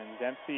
Dempsey